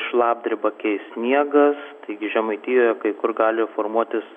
šlapdribą keis sniegas taigi žemaitijoje kai kur gali formuotis